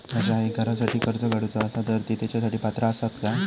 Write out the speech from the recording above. माझ्या आईक घरासाठी कर्ज काढूचा असा तर ती तेच्यासाठी पात्र असात काय?